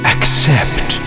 Accept